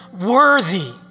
worthy